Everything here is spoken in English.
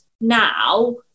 now